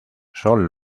son